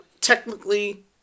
Technically